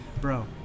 Bro